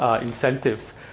incentives